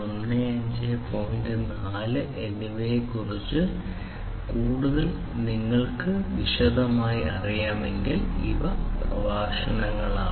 4 എന്നിവയെക്കുറിച്ച് കൂടുതൽ വിശദമായി നിങ്ങൾക്ക് അറിയണമെങ്കിൽ ഇവ ചില പരാമർശങ്ങളാണ്